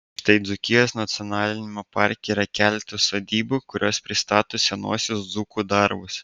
štai dzūkijos nacionaliniame parke yra keletas sodybų kurios pristato senuosius dzūkų darbus